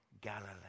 Galilee